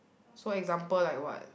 so example like what